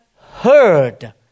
heard